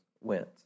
went